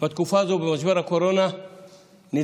בתקופה הזו במשבר הקורונה נדרשים,